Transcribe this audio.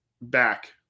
back